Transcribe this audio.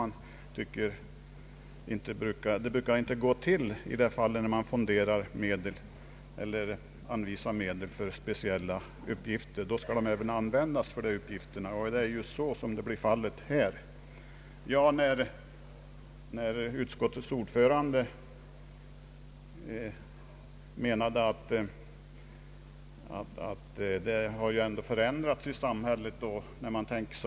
När man anvisar medel för speciella uppgifter, skall medlen även användas för de uppgifterna. Så blir också fallet här. Utskottets ordförande ansåg att samhället har förändrats.